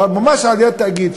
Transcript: או ממש תאגיד,